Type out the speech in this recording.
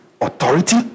authority